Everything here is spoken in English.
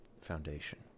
foundation